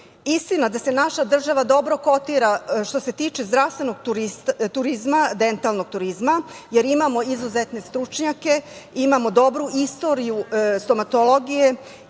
zuba. Istina da se naša država dobro kotira što se tiče zdravstvenog turizma, dentalnog turizma, jer imamo izuzetne stručnjake, imamo dobru istoriju stomatologije